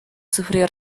sufrió